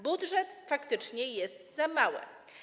Budżet faktycznie jest za mały.